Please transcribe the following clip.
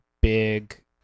big